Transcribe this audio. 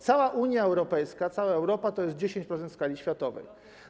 Cała Unia Europejska, cała Europa to jest 10% w skali światowej.